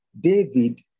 David